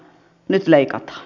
nyt leikataan